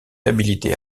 habilité